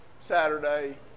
Saturday